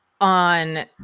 on